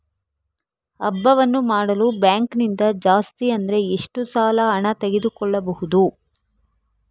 ಹಬ್ಬವನ್ನು ಮಾಡಲು ಬ್ಯಾಂಕ್ ನಿಂದ ಜಾಸ್ತಿ ಅಂದ್ರೆ ಎಷ್ಟು ಸಾಲ ಹಣ ತೆಗೆದುಕೊಳ್ಳಬಹುದು?